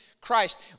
Christ